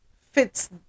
fits